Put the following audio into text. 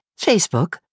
Facebook